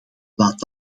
laat